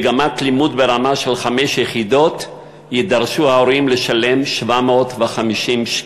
במגמת לימוד ברמה של חמש יחידות יידרשו ההורים לשלם 750 שקלים.